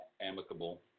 amicable